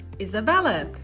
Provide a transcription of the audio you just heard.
Isabella